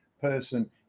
person